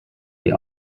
die